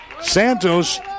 Santos